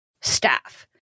staff